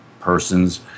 persons